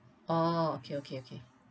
oh okay okay okay